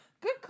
Good